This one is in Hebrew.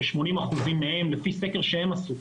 ש-80% מהם לפי סקר שהם עשו,